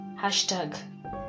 Hashtag